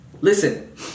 Listen